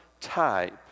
type